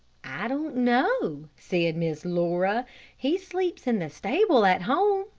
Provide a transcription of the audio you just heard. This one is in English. i don't know, said miss laura he sleeps in the stable at home,